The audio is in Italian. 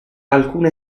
alcune